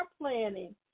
planning